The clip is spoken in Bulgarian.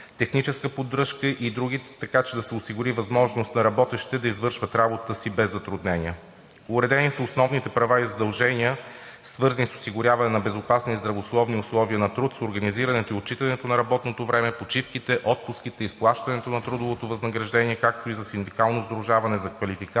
техническа поддръжка и други, така че да се осигури възможност на работещите да извършват работата си без затруднения. Уредени са основните права и задължения, свързани с осигуряването на безопасни и здравословни условия на труд с организирането и отчитането на работното време, почивките, отпуските, изплащането на трудовото възнаграждение, както и за синдикално сдружаване, за квалификация,